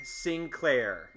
Sinclair